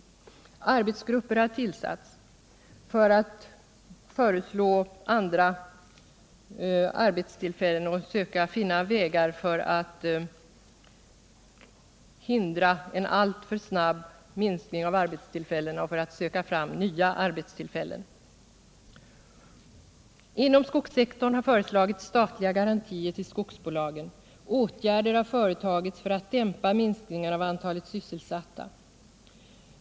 Vidare har arbetsgrupper tillsatts för att föreslå andra arbetstillfällen och söka finna vägar för att hindra en alltför snabb minskning av arbetstillfällen samt för att få fram nya. Inom skogssektorn har föreslagits statliga garantier till skogsbolagen och åtgärder har företagits för att dämpa minskningen av antalet sysselsatta.